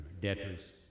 debtors